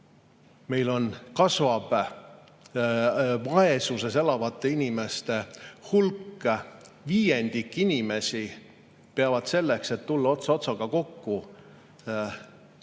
Meil kasvab vaesuses elavate inimeste hulk. Viiendik inimesi peavad selleks, et tulla palgast